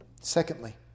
Secondly